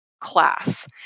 class